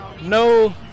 no